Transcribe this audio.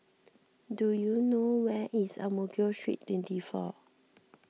do you know where is Ang Mo Kio Street twenty four